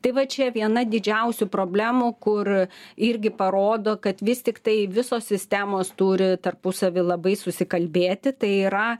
tai va čia viena didžiausių problemų kur irgi parodo kad vis tiktai visos sistemos turi tarpusavy labai susikalbėti tai yra